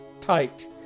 tight